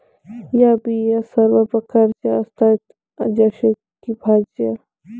या बिया सर्व प्रकारच्या असतात जसे की भाज्या, फळे इ